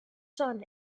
son